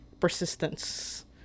persistence